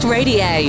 Radio